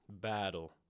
battle